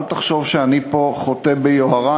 אל תחשוב שאני פה חוטא ביוהרה,